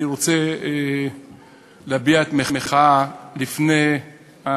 אני רוצה להביע מחאה לפני,